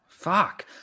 Fuck